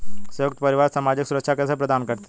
संयुक्त परिवार सामाजिक सुरक्षा कैसे प्रदान करते हैं?